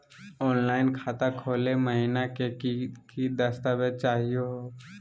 Online खाता खोलै महिना की की दस्तावेज चाहीयो हो?